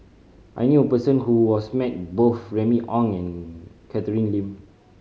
I knew a person who was met both Remy Ong and Catherine Lim